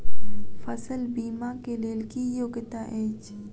फसल बीमा केँ लेल की योग्यता अछि?